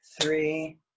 three